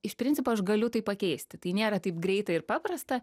iš principo aš galiu tai pakeisti tai nėra taip greita ir paprasta